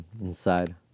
inside